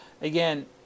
again